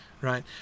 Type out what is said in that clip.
Right